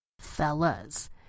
Fellas